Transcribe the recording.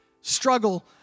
struggle